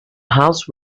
house